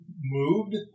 moved